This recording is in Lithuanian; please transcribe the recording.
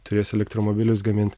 turėsi elektromobilius gamint